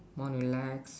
more relax